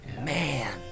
Man